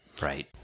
right